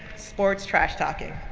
sports trash talking.